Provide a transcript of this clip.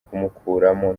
kumukuramo